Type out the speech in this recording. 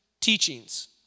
teachings